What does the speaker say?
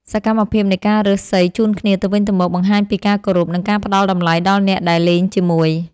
សកម្មភាពនៃការរើសសីជូនគ្នាទៅវិញទៅមក បង្ហាញពីការគោរព និងការផ្តល់តម្លៃដល់អ្នកដែលលេងជាមួយ។